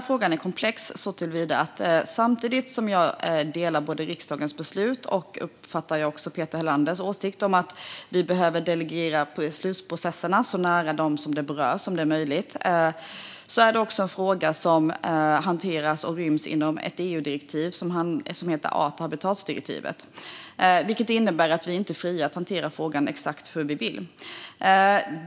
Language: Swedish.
Frågan är komplex såtillvida att samtidigt som jag instämmer i riksdagens beslut och i, som jag uppfattar det, Peter Helanders åsikt att beslutsprocesserna ska delegeras nära dem som är berörda, är detta också en fråga som ryms inom ett EU-direktiv som heter art och habitatdirektivet. Det innebär att vi i Sverige inte är fria att hantera frågan exakt hur vi vill.